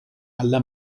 alla